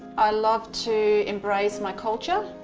i love to embrace my culture,